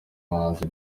abahanzi